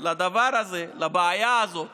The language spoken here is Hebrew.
לדבר הזה, לבעיה הזאת